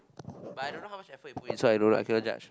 but I don't know how much effort he put in so I don't know I cannot judge